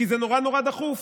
כי זה נורא נורא דחוף.